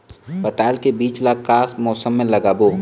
पताल के बीज ला का मौसम मे लगाबो?